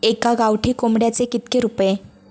एका गावठी कोंबड्याचे कितके रुपये?